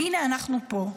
והינה, אנחנו פה,